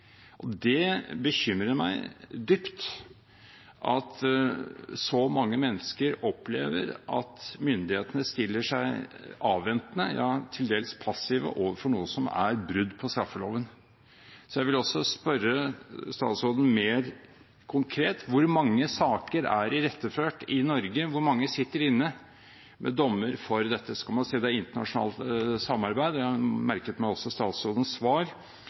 Det bekymrer meg dypt at så mange mennesker opplever at myndighetene stiller seg avventende – ja til dels passive – overfor noe som er brudd på straffeloven. Så jeg vil spørre statsråden mer konkret: Hvor mange saker er iretteført i Norge? Hvor mange sitter inne med dommer for dette? Så kan man si at det er et internasjonalt samarbeid. Jeg merket meg statsrådens svar,